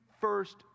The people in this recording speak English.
first